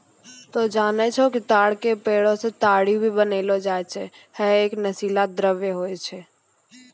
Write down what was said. तोहं जानै छौ कि ताड़ के पेड़ सॅ ताड़ी भी बनैलो जाय छै, है एक नशीला द्रव्य होय छै